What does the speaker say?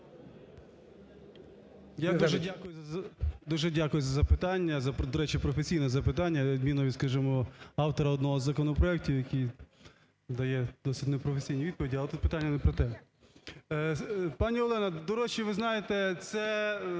Я дуже дякую за запитання, до речі, професійне запитання на відміну від, скажімо, автора одного з законопроектів, який дає досить непрофесійні відповіді, але тут питання не про те. Пані Олена, до речі, ви знаєте, це